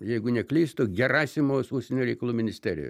jeigu neklystu gerasimovas užsienio reikalų ministerijoj